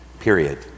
period